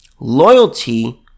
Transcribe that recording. loyalty